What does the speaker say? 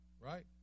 right